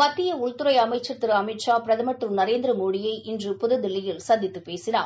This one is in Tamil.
மத்திய உள்துறை அமைச்சா திரு அமித்ஷா பிரதமர் திரு நநரேந்திரமோடியை இன்று புதுதில்லியில் சந்தித்து பேசினார்